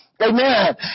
Amen